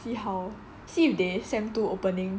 see how see if they semester two opening